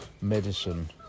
medicine